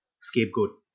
scapegoat